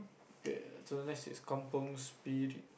ya so next is Kampung's spirit